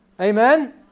Amen